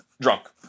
drunk